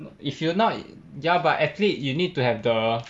if you not ya but athlete you need to have the